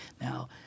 Now